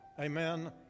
Amen